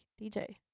DJ